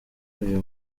uyu